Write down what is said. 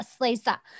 Lisa